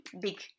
big